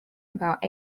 about